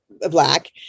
black